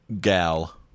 gal